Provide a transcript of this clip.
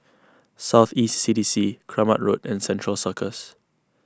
South East C D C Keramat Road and Central Circus